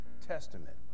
Testament